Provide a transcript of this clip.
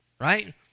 right